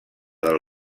del